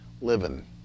living